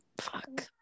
Fuck